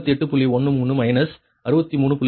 13 minus 63